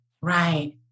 Right